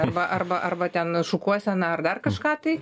arba arba arba ten šukuoseną ar dar kažką tai